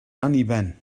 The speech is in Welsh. anniben